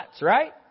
right